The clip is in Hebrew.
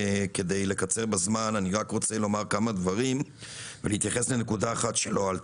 רק אומר כמה דברים ואתייחס לנקודה אחת שלא עלתה.